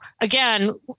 again